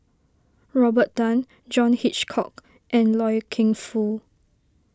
Robert Tan John Hitchcock and Loy Keng Foo